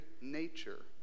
nature